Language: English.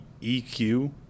EQ